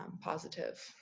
positive